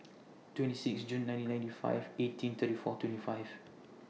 twenty six June nineteen ninety five eighteen thirty four twenty five